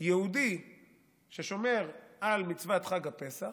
יהודי ששומר על מצוות חג הפסח,